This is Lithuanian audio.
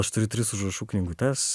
aš turiu tris užrašų knygutes